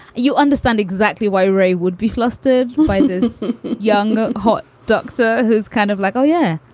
you understand exactly why ray would be flustered by this young hot doctor who's kind of like, oh, yeah,